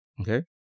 okay